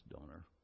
donor